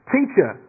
Teacher